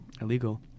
illegal